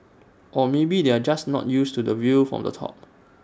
or maybe they are just not used to the view from the top